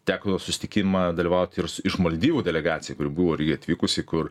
teko susitikimą dalyvauti ir su iš maldyvų delegacija kuri buvo irgi atvykusi kur